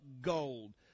gold